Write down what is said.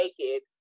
naked